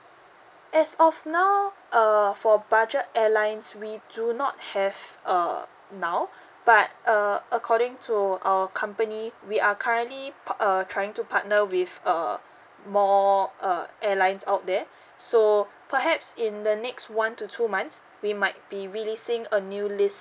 as of now err for budget airlines we do not have err now but uh according to our company we are currently par~ err trying to partner with uh more uh airlines out there so perhaps in the next one to two months we might be releasing a new list